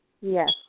Yes